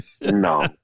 No